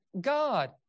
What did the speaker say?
God